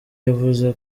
yavuze